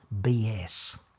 BS